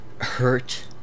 hurt